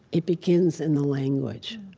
it begins in the language.